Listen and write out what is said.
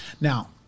Now